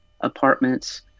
apartments